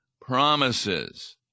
promises